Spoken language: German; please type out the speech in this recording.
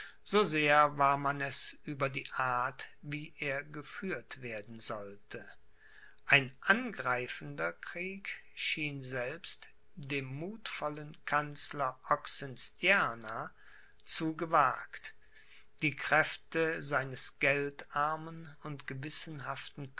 so sehr war man es über die art wie er geführt werden sollte ein angreifender krieg schien selbst dem muthvollen kanzler oxenstierna zu gewagt die kräfte seines geldarmen und gewissenhaften